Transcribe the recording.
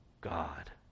God